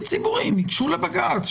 שתאגידים ציבוריים ייגשו לבג"ץ,